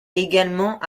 également